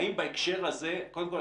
קודם כול,